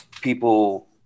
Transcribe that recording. people